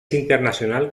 internacional